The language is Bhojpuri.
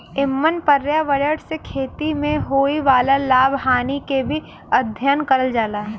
एमन पर्यावरण से खेती में होए वाला लाभ हानि के भी अध्ययन करल जाला